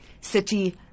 city